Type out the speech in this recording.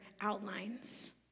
outlines